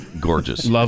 gorgeous